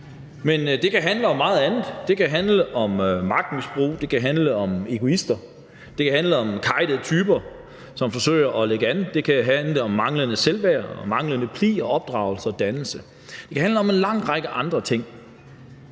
men det kan handle om meget andet. Det kan handle om magtmisbrug, det kan handle om egoister, det kan handle om kejtede typer, som forsøger at lægge an, det kan handle om manglende selvværd og manglende pli, opdragelse og dannelse. Det kan handle om en lang række andre ting.